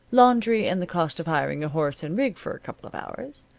laundry and the cost of hiring a horse and rig for a couple of hours.